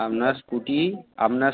আপনার স্কুটি আপনার